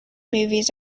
movies